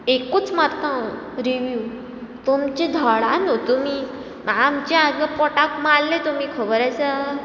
एकूच मारता हांव रिवीव तुमचें धडा न्हू तुमी आमचें हांगा पोटाक मारले तुमी खबर आसा